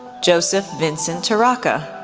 joseph vincent torraca,